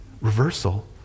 reversal